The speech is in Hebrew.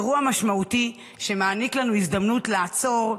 אירוע משמעותי שמעניק לנו הזדמנות לעצור,